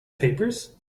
papers